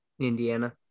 Indiana